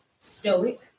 stoic